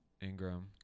Ingram